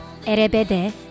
Erebede